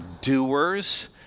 doers